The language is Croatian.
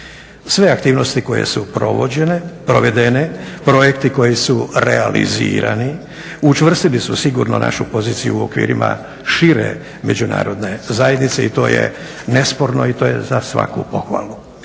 Sve aktivnosti koje su provedene, projekti koji su realizirani učvrstili su sigurno našu poziciju u okvirima šire međunarodne zajednice i to je nesporno i to je za svaku pohvalu.